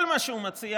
וכל מה שהוא מציע